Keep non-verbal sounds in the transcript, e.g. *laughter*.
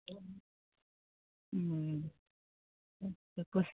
*unintelligible*